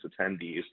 attendees